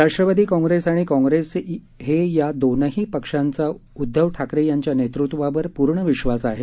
राष्ट्रवादी काँग्रेस आणि काँग्रेस हे या दोनही पक्षांचा उदधव ठाकरे यांच्या नेतृत्वावर पूर्ण विश्वास आहे